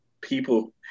people